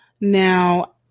Now